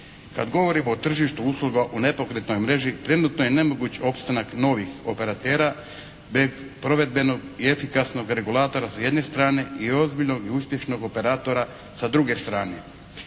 Kad govorim o tržištu usluga u nepokretnoj mreži trenutno je nemoguć opstanak novih operatera, te provedbenog i efikasnog regulatora s jedne strane i ozbiljnog i uspješnog operatora s druge strane.